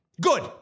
Good